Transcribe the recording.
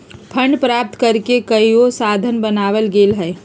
fund प्राप्त करेके कयगो साधन बनाएल गेल हइ